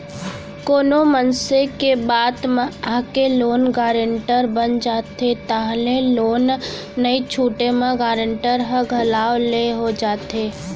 कोनो मनसे के बात म आके लोन गारेंटर बन जाथे ताहले लोन नइ छूटे म गारेंटर ह घलावत ले हो जाथे